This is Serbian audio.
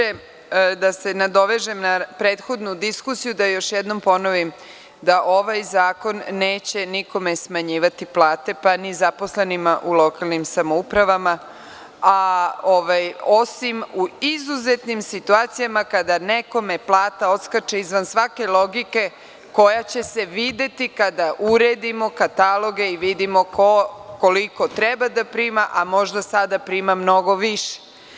Ja bih najpre da se nadovežem na prethodnu diskusiju, da još jednom ponovim da ovaj zakon neće nikome smanjivati plate, pa ni zaposlenima u lokalnim samoupravama, osim u izuzetnim situacijama kada nekome plata odskače izvan svake logike koja će se videti kada uredimo kataloge i vidimo ko koliko treba da prima, a možda sada prima mnogo više.